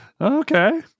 Okay